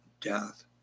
death